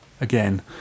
Again